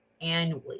annually